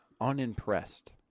unimpressed